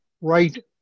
right